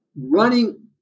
Running